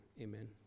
Amen